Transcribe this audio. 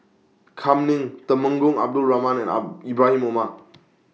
Kam Ning Temenggong Abdul Rahman and Arm Ibrahim Omar